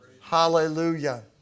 Hallelujah